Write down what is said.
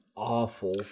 awful